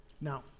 Now